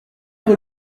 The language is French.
veut